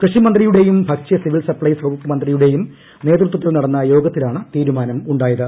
കൃഷിമന്ത്രിയുടെയും ഭക്ഷ്യ civil supplies വകുപ്പ് മന്ത്രിയുടെയും നേതൃത്വത്തിൽ നടന്ന യോഗത്തിലാണ് തീരുമാനമുണ്ടായത്